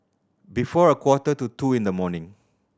before a quarter to two in the morning